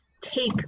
take